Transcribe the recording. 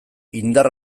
indar